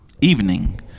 evening